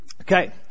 Okay